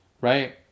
right